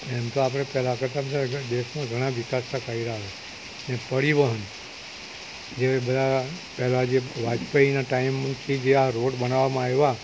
એમ તો આપણે પહેલાં કરતાં તો અત્યારે દેશમાં ઘણા વિકાસ કર્યા છે ને પરિવહન જે મેં બધાં જે વાજપાઈના ટાઈમથી જે રોડ બનાવામાં આવ્યાં